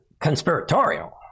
conspiratorial